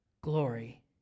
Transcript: glory